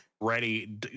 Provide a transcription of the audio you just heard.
ready